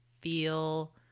feel